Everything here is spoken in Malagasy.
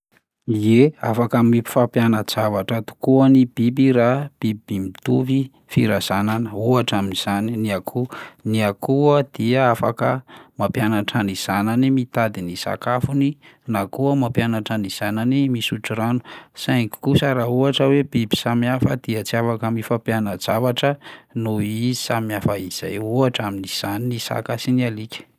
Ie, afaka mifampiana-javatra tokoa ny biby raha biby mitovy firazanana, ohatra amin'izany ny akoho, ny akoho dia afaka mampianatra ny zanany mitady ny sakafony na koa mampianatra ny zanany misotro rano saingy kosa raha ohatra hoe biby samy hafa dia tsy afaka mifampiana-javatra noho izy samy hafa izay ohatra amin'izany ny saka sy ny alika.